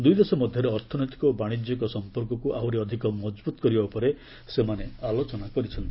ଦୁଇ ଦେଶ ମଧ୍ୟରେ ଅର୍ଥନୈତିକ ଓ ବାଣିଜ୍ୟିକ ସମ୍ପର୍କକୁ ଆହୁରି ଅଧିକ ମଜବୁତ କରିବା ଉପରେ ସେମାନେ ଆଲୋଚନା କରିଛନ୍ତି